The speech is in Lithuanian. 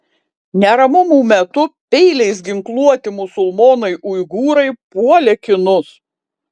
neramumų metu peiliais ginkluoti musulmonai uigūrai puolė kinus